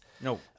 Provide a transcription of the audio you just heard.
no